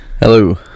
Hello